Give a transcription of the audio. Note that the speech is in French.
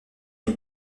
les